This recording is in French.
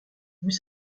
vous